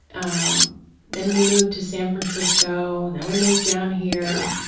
um then we moved to san francisco. and then we moved down here.